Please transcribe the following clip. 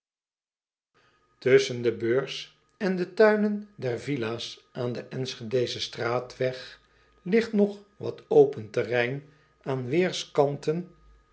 usschen de beurs en de tuinen der villa s aan den nschedeschen straatweg ligt nog wat open terrein aan weerskanten